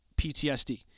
PTSD